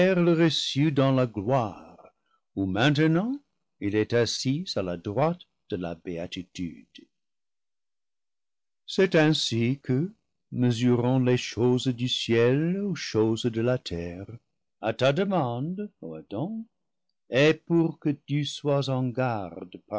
dans la gloire où maintenant il est assis à la droite de la béatitude c'est ainsi que mesurant les choses du ciel aux choses de la terre à ta demande ô adam et pour que tu sois en garde